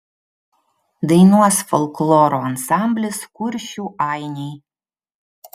dainuos folkloro ansamblis kuršių ainiai